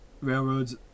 railroads